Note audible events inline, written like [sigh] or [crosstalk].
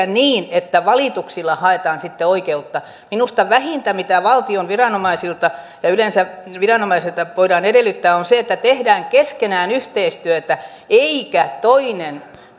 [unintelligible] niin että valituksilla haetaan sitten oikeutta minusta vähintä mitä valtion viranomaisilta ja yleensä viranomaisilta voidaan edellyttää on se että tehdään keskenään yhteistyötä eikä toinen